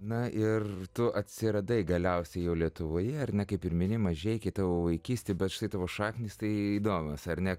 na ir tu atsiradai galiausiai jau lietuvoje ar ne kaip ir mini mažeikiai tavo vaikystė bet štai tavo šaknys tai įdomios ar ne